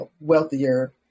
wealthier